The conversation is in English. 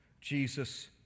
Jesus